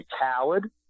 coward